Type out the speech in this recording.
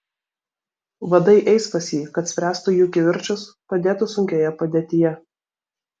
vadai eis pas jį kad spręstų jų kivirčus padėtų sunkioje padėtyje